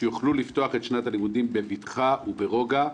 שיוכלו לפתוח את שנת הלימודים בבטחה וברוגע.